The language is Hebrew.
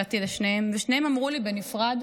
הגעתי לשניהם, ושניהם אמרו לי בנפרד,